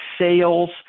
sales